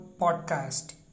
podcast